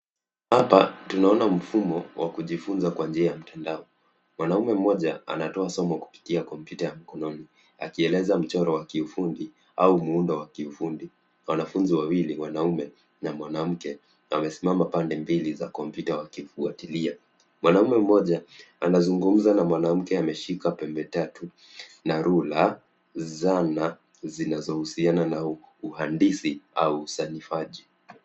Hapa tunaona mfumo wa kujifunza kwa njia ya mtandao. Mwanaume mmoja anatoa somo kupitia kompyuta ya mkononi, akieleza mchoro wa kiufundi au muundo wa kiufundi. Wanafunzi wawili, wanaume na mwanamke, wamesimama pande mbili za kompyuta wakifuatilia. Mwanamme mmoja anazungumza na mwanamke ameshika pembe tatu, na rula, zana zinazohusiana na uhandisi au usanifaji.